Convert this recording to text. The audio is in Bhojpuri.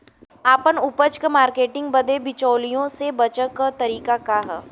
आपन उपज क मार्केटिंग बदे बिचौलियों से बचे क तरीका का ह?